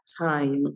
time